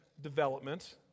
development